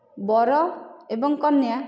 ବର ଏବଂ କନ୍ୟା